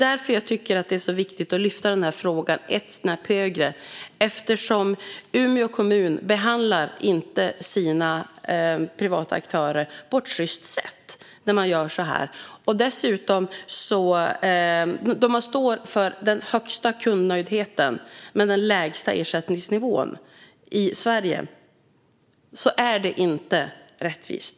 Jag tycker att det är viktigt att lyfta upp den här frågan ett snäpp högre eftersom Umeå kommun inte behandlar sina privata aktörer på ett sjyst sätt när man gör så här. När de står för den högsta kundnöjdheten men den lägsta ersättningsnivån i Sverige är det inte rättvist.